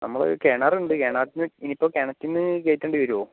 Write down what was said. നമ്മള് കിണറ് ഉണ്ട് അതിനകത്ത് നിന്ന് ഇനി ഇപ്പം കിണറ്റിൽ നിന്ന് കേറ്റേണ്ടി വരുവോ